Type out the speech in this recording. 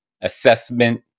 assessment